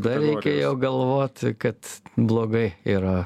dar reikėjo galvoti kad blogai yra